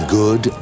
good